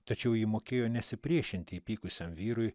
tačiau ji mokėjo nesipriešinti įpykusiam vyrui